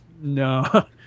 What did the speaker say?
No